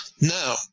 now